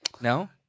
No